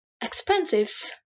expensive